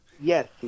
Yes